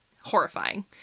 horrifying